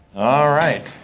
all right,